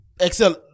excel